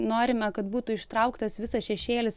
norime kad būtų ištrauktas visas šešėlis